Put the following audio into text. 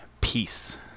Peace